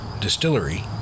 Distillery